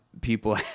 people